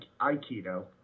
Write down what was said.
Aikido